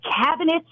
cabinets